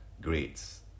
greats